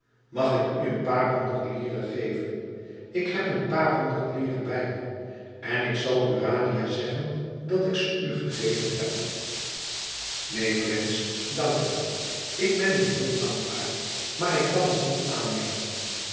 mag ik u een paar honderd lire geven ik heb een paar honderd lire bij me en ik zal urania zeggen dat ik ze u gegeven heb neen prins dank u ik ben u heel dankbaar maar ik kan het niet aannemen